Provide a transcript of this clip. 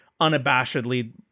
unabashedly